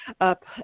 up